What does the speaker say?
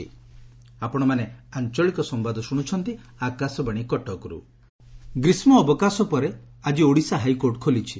high court ଗ୍ରୀଷ୍କ ଅବକାଶ ପରେ ଆକି ଓଡ଼ିଶା ହାଇକୋର୍ଟ ଖୋଲିଛି